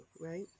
right